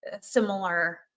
similar